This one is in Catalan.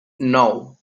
nou